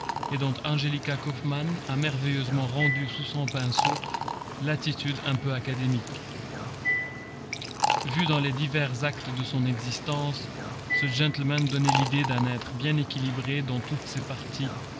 et dont angelica kauffmann a merveilleusement rendu sous son pinceau l'attitude un peu académique vu dans les divers actes de son existence ce gentleman donnait l'idée d'un être bien équilibré dans toutes ses parties